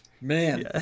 Man